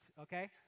okay